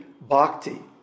bhakti